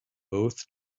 both